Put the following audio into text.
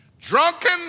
Drunken